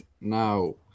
Now